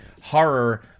horror